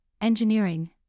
engineering